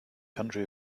country